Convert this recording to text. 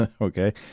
Okay